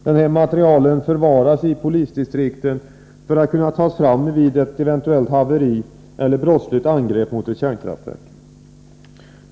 Denna materiel förvaras i polisdistrikten för att kunna tas fram vid ett eventuellt haveri eller brottsligt angrepp mot ett kärnkraftverk.